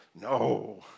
no